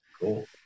Cool